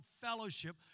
fellowship